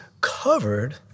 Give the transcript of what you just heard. covered